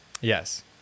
Yes